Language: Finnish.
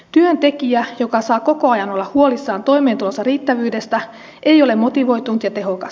työntekijä joka saa koko ajan olla huolissaan toimeentulonsa riittävyydestä ei ole motivoitunut ja tehokas